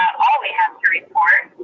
all we have to report.